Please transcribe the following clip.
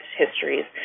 histories